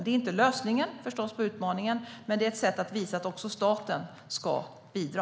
Det är förstås inte lösningen på utmaningen, men det är ett sätt att visa att också staten ska bidra.